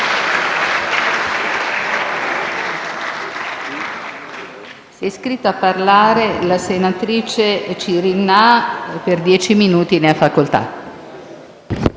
Grazie